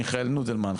מיכאל נודלמן,